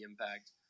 impact